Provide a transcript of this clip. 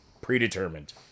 predetermined